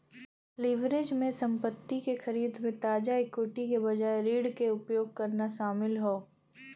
leverage में संपत्ति क खरीद में ताजा इक्विटी के बजाय ऋण क उपयोग करना शामिल हौ